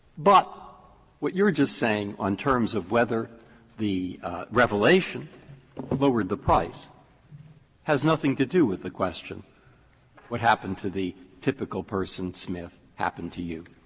but what you're just saying on terms of whether the revelation lowered the price has nothing to do with the question of what happened to the typical person, smith, happened to you,